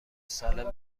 سالم